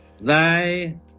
Thy